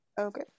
Okay